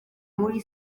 muri